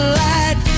light